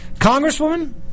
Congresswoman